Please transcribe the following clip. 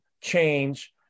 change